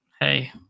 hey